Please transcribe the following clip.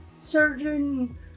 surgeon